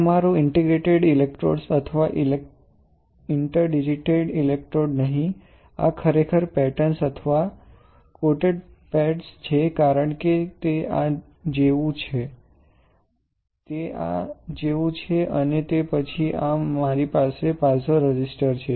આ મારો interdigitated electrodes અથવા ઇન્ટરડિજિટેટેડ ઇલેક્ટ્રોડ નહીં આ ખરેખર પેટર્ન અથવા કોંટેક્ટ પેડ્સ છે કારણ કે તે આ જેવું છે તે આ જેવું છે અને તે પછી આ મારી પાસે પાઇઝો રેઝિસ્ટર છે